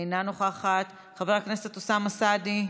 אינה נוכחת, חבר הכנסת אוסאמה סעדי,